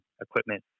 equipment